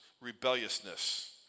rebelliousness